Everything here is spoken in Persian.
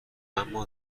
اما